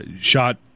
shot